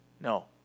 No